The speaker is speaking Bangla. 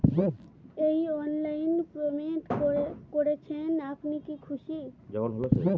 এই অনলাইন এ পেমেন্ট করছেন আপনি কি খুশি?